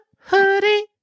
hoodie